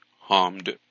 harmed